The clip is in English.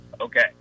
okay